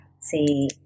See